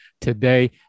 today